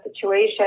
situation